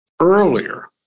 earlier